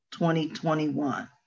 2021